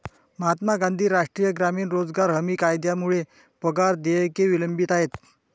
महात्मा गांधी राष्ट्रीय ग्रामीण रोजगार हमी कायद्यामुळे पगार देयके विलंबित आहेत